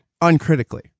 uncritically